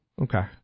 Okay